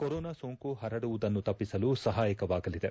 corona ಸೋಂಕು ಹರಡುವುದನ್ನು ತಪ್ಪಿಸಲು ಸಹಾಯಕವಾಗಲಿದೆ